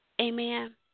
Amen